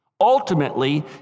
ultimately